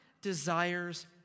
desires